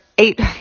Eight